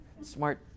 smart